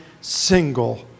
single